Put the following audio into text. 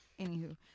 anywho